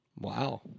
Wow